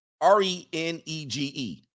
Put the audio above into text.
R-E-N-E-G-E